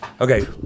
okay